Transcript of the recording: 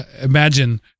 imagine